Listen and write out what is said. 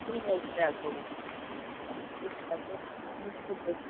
কিন্তু বাবু দেখ বাবু দেখ তোর প্রব্লেম হচ্ছে আমি তোকে জোর করবো না